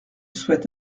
souhaite